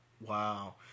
wow